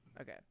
Okay